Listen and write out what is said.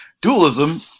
dualism